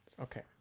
Okay